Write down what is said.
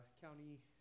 county